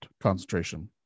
concentration